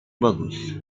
bagus